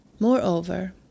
Moreover